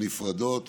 נפרדות